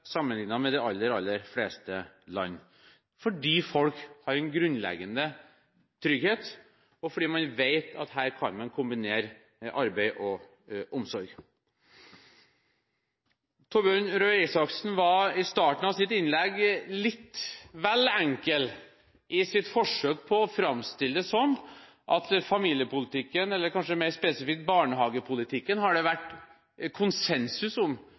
sammenlignet med de aller, aller fleste land, fordi folk har en grunnleggende trygghet, og fordi man vet at her kan man kombinere arbeid og omsorg. Torbjørn Røe Isaksen var i starten av sitt innlegg litt vel enkel i sitt forsøk på å framstille det som at familiepolitikken, eller – kanskje mer spesifikt – barnehagepolitikken har det vært konsensus om